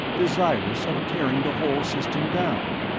desirous of tearing the whole system down.